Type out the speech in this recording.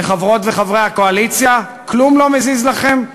לחברות וחברי הקואליציה, כלום לא מזיז לכם?